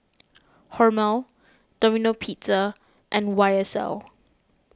Hormel Domino Pizza and Y S L